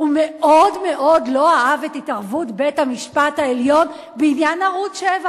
הוא מאוד מאוד לא אהב את התערבות בית-המשפט העליון בעניין ערוץ-7,